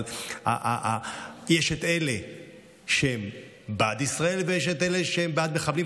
אבל יש אלה שהם בעד ישראל ויש אלה שהם בעד מחבלים,